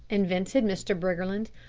invented mr. briggerland,